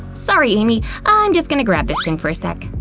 sorry, amy, i'm just gonna grab this thing for a sec,